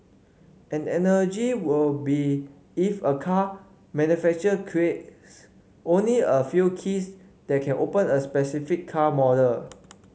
an analogy will be if a car manufacturer creates only a few keys that can open a specific car model